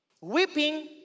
weeping